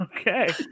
okay